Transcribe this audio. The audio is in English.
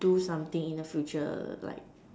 do something in the future like